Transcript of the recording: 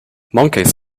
monkeys